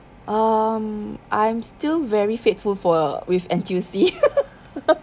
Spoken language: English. um I'm still very faithful for with N_T_U_C